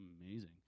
amazing